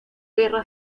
guerra